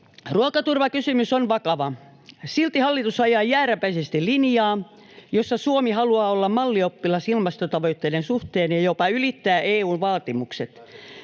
Ruokaturvakysymys on vakava. Silti hallitus ajaa jääräpäisesti linjaa, jossa Suomi haluaa olla mallioppilas ilmastotavoitteiden suhteen ja jopa ylittää EU:n vaatimukset.